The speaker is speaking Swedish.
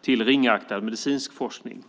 till ringaktad medicinsk forskning.